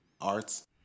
Arts